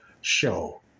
show